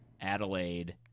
Adelaide